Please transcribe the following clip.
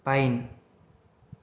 pine